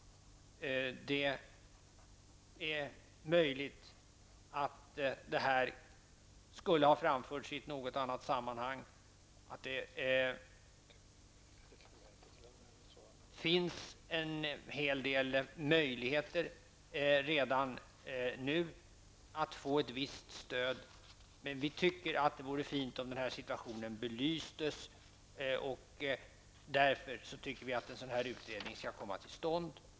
Det är möjligt att detta skulle ha framförts i något annat sammanhang. Det finns redan nu en hel del möjligheter att få ett visst stöd, men vi tycker att det vore fint om situationen belystes. Vi menar därför att en sådan här utredning skall komma till stånd.